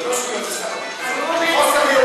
זה לא שטויות, זה חוסר ידע.